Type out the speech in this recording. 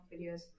videos